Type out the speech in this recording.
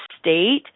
state